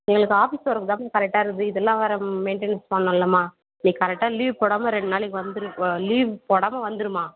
எங்களுக்கு office work தான்மா கரெக்டாக இருக்குது இதெலாம் வேற ம் மெயின்டைன் பண்ணணும்லமா நீ கரெக்டாக லீவ் போடாமல் ரெண்டு நாளைக்கு வந்துடு வ லீவ் போடாமல் வந்துடுமா